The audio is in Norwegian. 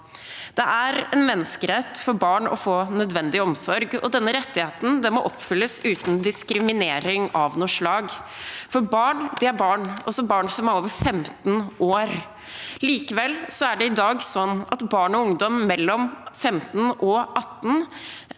Det er en menneskerett for barn å få nødvendig omsorg, og denne rettigheten må oppfylles uten diskriminering av noe slag. Barn er barn, også barn som er over 15 år. Likevel er det i dag sånn at barn og ungdom mellom 15 og 18 år